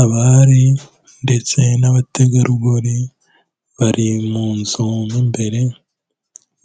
Abari ndetse n'abategarugori bari mu nzu mo mbere,